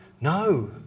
No